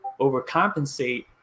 overcompensate